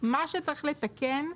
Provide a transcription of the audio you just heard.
מה שצריך לתקן,